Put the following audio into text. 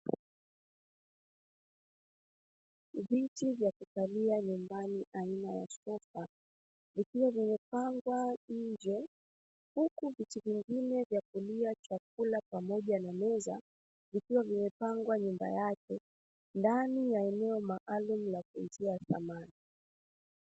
Viti vya kukalia nyumbani aina ya sofa, vikiwa vimepangwa nje, huku viti vingine vya kulia chakula pamoja na meza vikiwa vimepangwa nyuma yake, ndani ya eneo maalumu la kuuzia samani.